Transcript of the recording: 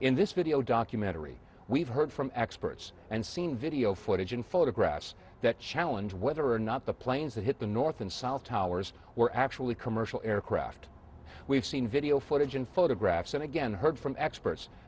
in this video documentary we've heard from experts and seen video footage and photographs that challenge whether or not the planes that hit the north and south towers were actually commercial aircraft we've seen video footage and photographs and again heard from experts